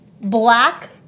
black